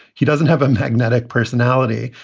he doesn't have a magnetic personality.